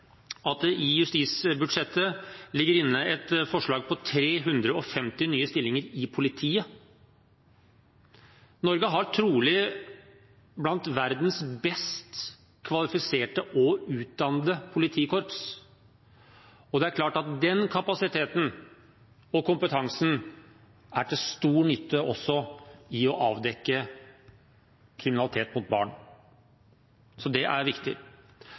at det i justisbudsjettet ligger inne et forslag om 350 nye stillinger i politiet. Norge har trolig blant verdens best kvalifiserte og best utdannede politikorps, og det er klart at den kapasiteten og kompetansen er til stor nytte også når det gjelder å avdekke kriminalitet mot barn. Så det er viktig.